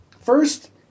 first